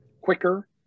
quicker